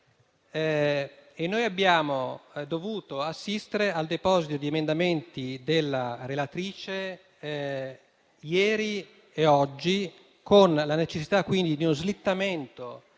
mese. Abbiamo dovuto assistere al deposito di emendamenti della relatrice ieri e oggi, con la necessità quindi di uno slittamento